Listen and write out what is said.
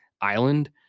island